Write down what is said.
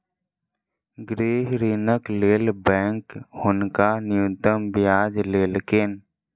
गृह ऋणक लेल बैंक हुनका न्यूनतम ब्याज लेलकैन